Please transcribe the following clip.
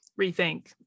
rethink